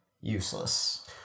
useless